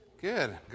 Good